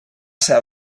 seua